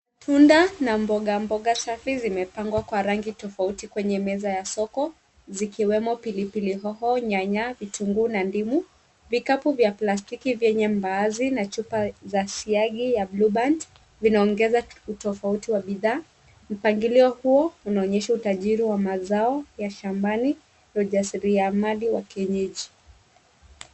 Tunda na mboga mboga safi zimepangwa kwa rangi tofauti kwenye meza ya soko, zikiwemo pilipili hoho, nyanya, vitunguu na ndimu. Vikapu vya plastiki vyenye mbaazi na chupa za siagi ya blueband, vinaongeza utofauti wa bidhaa mpangilio huo unaonyesha utajiri wa mazao ya shambani ya rasilimali wa kienyeji.